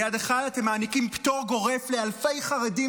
ביד אחת אתם מעניקים פטור גורף לאלפי חרדים